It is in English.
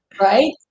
Right